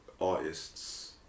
artists